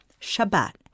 Shabbat